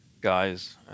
guys